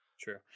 True